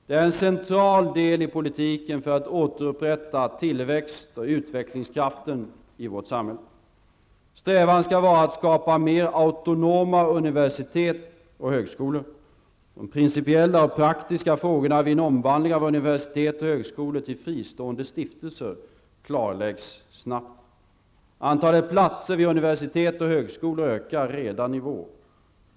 Det är en central del i politiken för att återupprätta tillväxt och utvecklingskraften i vårt samhälle. Strävan skall vara att skapa mer autonoma universitet och högskolor. De principiella och praktiska frågorna vid en omvandling av universitet och högskolor till fristående stiftelser klarläggs snabbt. Antalet platser vid universitet och högskolor ökar redan i vår.